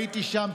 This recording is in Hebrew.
הייתי שם,